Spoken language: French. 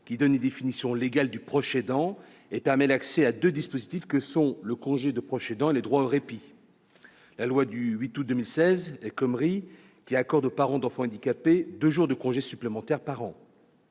qui donne une définition légale du proche aidant et lui permet l'accès aux dispositifs du congé de proche aidant et du droit au répit, la loi du 8 août 2016, dite loi El Khomri, qui accorde aux parents d'enfant handicapé deux jours de congé supplémentaires par an.